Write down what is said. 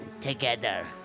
together